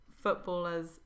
footballers